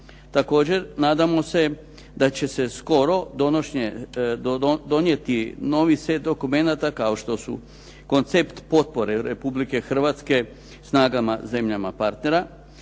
Također nadamo se da će se skoro donijeti novi set dokumenata kao što su koncept potpore Republike Hrvatske snagama zemljama partnera,